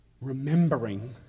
remembering